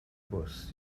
bws